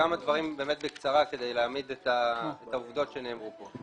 כמה דברים באמת בקצרה כדי להתייחס לדברים שנאמרו כאן.